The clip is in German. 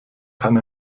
kann